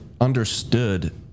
understood